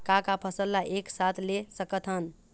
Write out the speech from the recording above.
का का फसल ला एक साथ ले सकत हन?